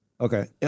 okay